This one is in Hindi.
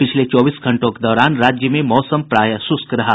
पिछले चौबीस घंटों के दौरान राज्य में मौसम शुष्क रहा